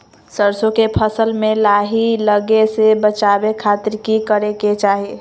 सरसों के फसल में लाही लगे से बचावे खातिर की करे के चाही?